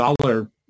dollar